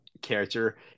character